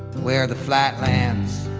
where the flatlands,